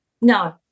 No